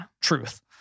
truth